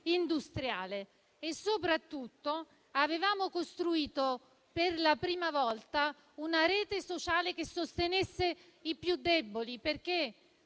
industriale, ma soprattutto avevamo costruito per la prima volta una rete sociale che sostenesse i più deboli, perché